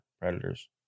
predators